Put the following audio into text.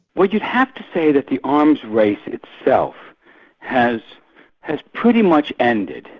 well you'd have to say that the arms race itself has has pretty much ended.